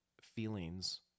feelings